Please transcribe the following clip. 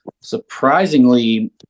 surprisingly